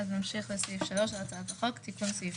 ויש לכם גם את הנוסח של כל החוק עצמו הקיים בנוסח משולב.